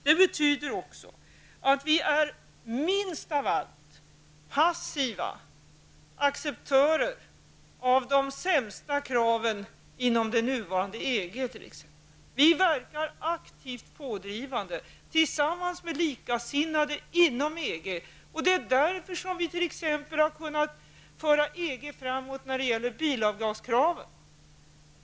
Det betyder minst av allt att vi är passiva acceptörer av de sämsta kraven t.ex. inom det nuvarande EG. Vi verkar aktivt och pådrivande tillsammans med likasinnade inom EG, och därför har vi kunnat föra EG framåt när det gäller bilavgaskraven.